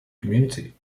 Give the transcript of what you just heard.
community